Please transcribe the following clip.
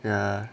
ya